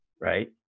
right